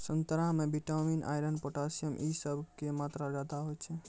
संतरा मे vitamin, iron, potassium इ सभ के मात्रा ज्यादा होय छै